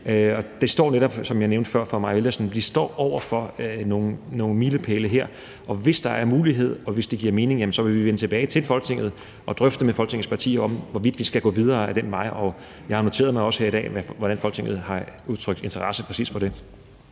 Vi står netop, som jeg nævnte før for Mai Villadsen, over for nogle milepæle her, og hvis der er en mulighed og hvis det giver mening, vil vi vende tilbage til Folketinget og drøfte med Folketingets partier, hvorvidt vi skal gå videre ad den vej, og jeg har noteret mig, også her i dag, at Folketinget har udtrykt interesse præcis for det.